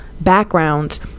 backgrounds